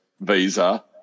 visa